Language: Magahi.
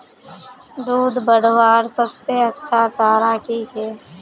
दूध बढ़वार सबसे अच्छा चारा की छे?